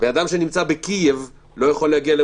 להגיע לפרנקפורט.